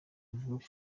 avuga